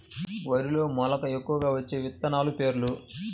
వరిలో మెలక ఎక్కువగా వచ్చే విత్తనాలు పేర్లు?